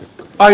vai